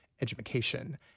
education